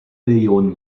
million